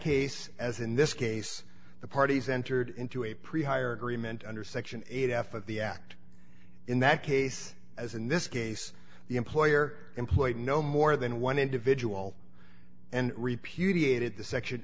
case as in this case the parties entered into a pre hire agreement under section eight f of the act in that case as in this case the employer employed no more than one individual and repudiated the section